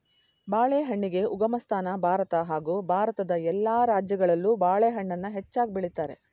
ಬಾಳೆಹಣ್ಣಿಗೆ ಉಗಮಸ್ಥಾನ ಭಾರತ ಹಾಗೂ ಭಾರತದ ಎಲ್ಲ ರಾಜ್ಯಗಳಲ್ಲೂ ಬಾಳೆಹಣ್ಣನ್ನ ಹೆಚ್ಚಾಗ್ ಬೆಳಿತಾರೆ